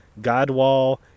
godwall